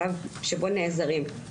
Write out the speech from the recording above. שבו נעזרים.